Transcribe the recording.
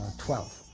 twelve.